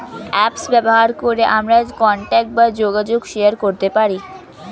apps ব্যবহার করে আমরা কন্টাক্ট বা যোগাযোগ শেয়ার করতে পারি